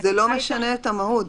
זה לא משנה את המהות.